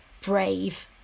brave